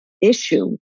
issue